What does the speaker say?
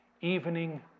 evening